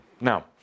Now